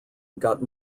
got